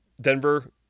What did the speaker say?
Denver